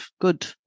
Good